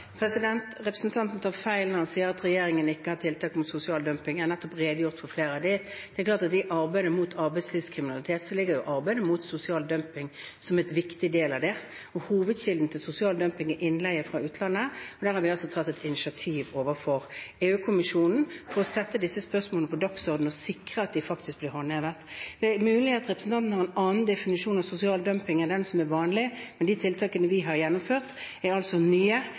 Representanten tar feil når han sier at regjeringen ikke har tiltak mot sosial dumping. Jeg har nettopp redegjort for flere av dem. Det er klart at i arbeidet mot arbeidslivskriminalitet er også arbeidet mot sosial dumping en viktig del. Hovedkilden til sosial dumping er innleie fra utlandet, og der har vi altså tatt et initiativ overfor EU-kommisjonen for å sette disse spørsmålene på dagsordenen og sikre at reglene faktisk blir håndhevet. Det er mulig at representanten har en annen definisjon av sosial dumping enn den som er vanlig, men de tiltakene vi har gjennomført, er nye,